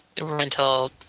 rental